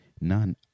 none